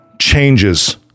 changes